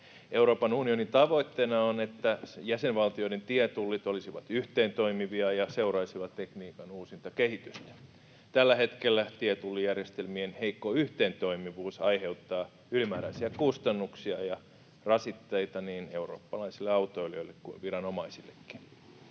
Euroopan unionin tavoitteena on, että jäsenvaltioiden tietullit olisivat yhteentoimivia ja seuraisivat tekniikan uusinta kehitystä. Tällä hetkellä tietullijärjestelmien heikko yhteentoimivuus aiheuttaa ylimääräisiä kustannuksia ja rasitteita niin eurooppalaisille autoilijoille kuin viranomaisillekin.